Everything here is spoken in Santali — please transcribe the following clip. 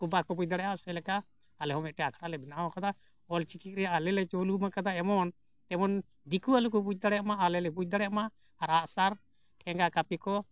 ᱩᱱᱠᱩ ᱵᱟᱠᱚ ᱵᱩᱡᱽ ᱫᱟᱲᱮᱭᱟᱜᱼᱟ ᱥᱮᱞᱮᱠᱟ ᱟᱞᱮᱦᱚᱸ ᱢᱤᱫᱴᱟᱡ ᱟᱠᱷᱲᱟ ᱞᱮ ᱵᱮᱱᱟᱣ ᱟᱠᱟᱫᱟ ᱚᱞᱪᱤᱠᱤ ᱨᱮ ᱟᱞᱮᱞᱮ ᱪᱟᱹᱞᱩ ᱢᱟᱠᱟᱫᱟ ᱮᱢᱚᱱ ᱮᱢᱚᱱ ᱫᱤᱠᱩ ᱟᱞᱚ ᱠᱚ ᱵᱩᱡᱽ ᱫᱟᱲᱮᱭᱟᱜᱼᱢᱟ ᱟᱞᱮᱞᱮ ᱵᱩᱡᱽ ᱫᱟᱲᱮᱭᱟᱜᱼᱢᱟ ᱟᱨ ᱟᱜᱼᱥᱟᱨ ᱴᱷᱮᱸᱜᱟ ᱠᱟᱹᱯᱤ ᱠᱚ